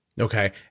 Okay